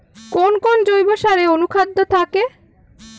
কোন কোন জৈব সারে অনুখাদ্য থাকে?